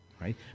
Right